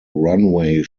runway